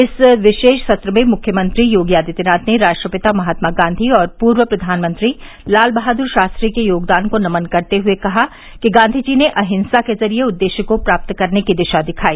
इस विशेष सत्र में मुख्यमंत्री योगी आदित्यनाथ ने राष्ट्रपिता महात्मा गांधी और पूर्व प्रधानमंत्री लाल बहादुर शास्त्री के योगदान को नमन करते हुए कहा कि गांधी जी ने अहिंसा के ज़रिए उद्देश्य को प्राप्त करने की दिशा दिखाई